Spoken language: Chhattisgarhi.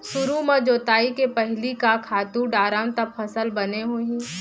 सुरु म जोताई के पहिली का खातू डारव त फसल बने होही?